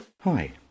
Hi